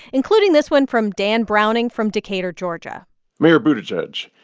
including this one from dan browning from decatur, ga mayor buttigieg,